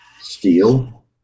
steel